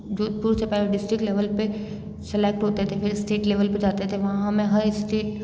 जोधपुर से पहले district level पे सेलेक्ट होते थे फिर स्टेट लेवल पे जाते थे वहाँ हमें हर स्टेट